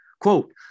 Quote